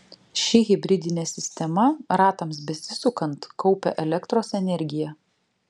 ši hibridinė sistema ratams besisukant kaupia elektros energiją